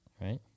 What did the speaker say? right